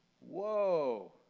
Whoa